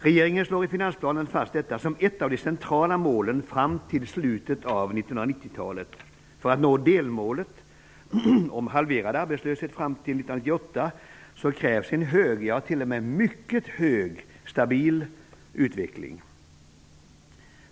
Regeringen slår i finansplanen fast detta som ett av de centrala målen fram till slutet av 1990-talet. För att nå delmålet en halverad arbetslöshet fram till 1998 krävs en hög, ja t.o.m. mycket hög och stabil utveckling.